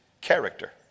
character